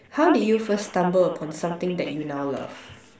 how did you first stumble upon something that you now love